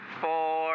four